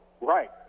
right